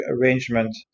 arrangement